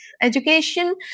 education